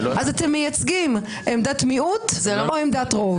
אז אתם מייצגים עמדת מיעוט או עמדת רוב?